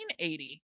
1980